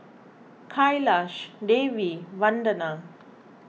Kailash Devi Vandana